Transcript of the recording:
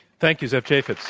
thank you, zev chafets.